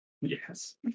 Yes